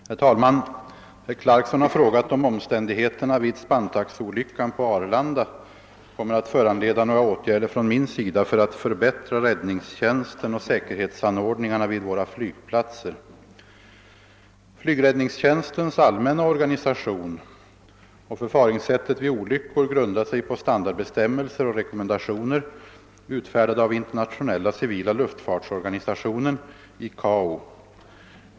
Herr talman! Herr Clarkson har frågat om omständigheterna vid Spantaxolyckan på Arlanda kommer att föranleda några åtgärder från min sida för att förbättra räddningstjänsten och säkerhetsanordningarna vid våra flygplatser. Flygräddningstjänstens allmänna organisation och förfaringssätt vid olyckor grundar sig på standardbestämmelser och rekommendationer utfärdade av Internationella civila luftfartsorganisationen .